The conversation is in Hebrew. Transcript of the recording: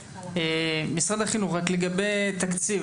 משרד החינוך, רק לגבי תקציב.